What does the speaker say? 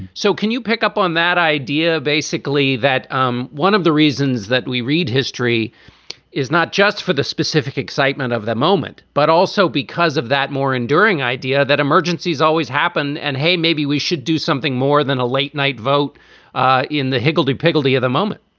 so can you pick up on that idea? basically that um one of the reasons that we read history is not just for the specific excitement of the moment, but also because of that more enduring idea that emergency's always happen. and hey, maybe we should do something more than a late night vote ah in the higgledy piggledy of the moment